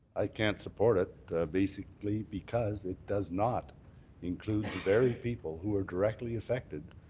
i can't support it basically because it does not include the very people who are directly affected,